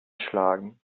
schlagen